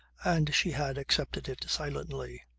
and she had accepted it silently.